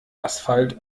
asphalt